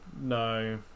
No